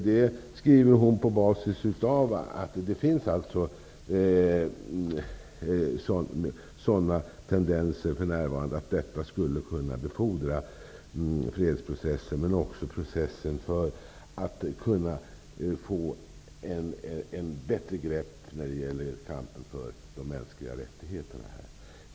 Detta skrev hon på basis av att det finns tendenser att förhandlingar skulle befordra fredsprocessen och ge ett bättre grepp i kampen för de mänskliga rättigheterna.